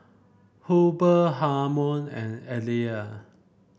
Hubert Harmon and Ellie